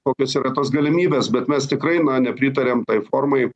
kokios yra tos galimybės bet mes tikrai na nepritariam tai formai